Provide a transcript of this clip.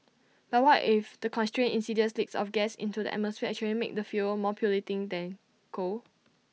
but what if the constant insidious leaks of gas into the atmosphere actually make the fuel more polluting than coal